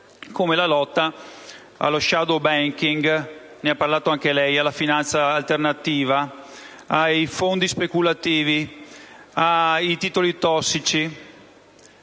come la lotta allo *shadow banking* (di cui ha parlato anche lei), alla finanza alternativa, ai fondi speculativi e ai titoli tossici.